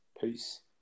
Peace